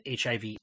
HIV